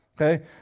Okay